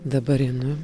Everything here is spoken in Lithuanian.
dabar einu